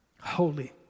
holy